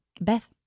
Beth